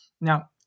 Now